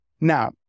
Now